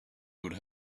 would